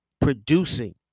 Producing